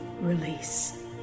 release